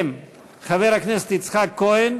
הם חבר הכנסת יצחק כהן,